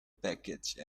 package